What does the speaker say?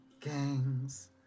gangs